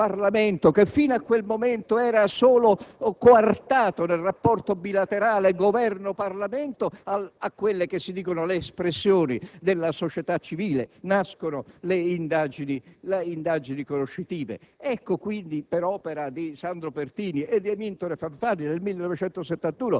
conoscitivo, aprendo il Parlamento, che fino a quel momento era coartato nel rapporto bilaterale Governo-Parlamento, a quelle che si dicono le espressioni della società civile: nascono le indagini conoscitive. Ecco quindi che, per opera di Sandro Pertini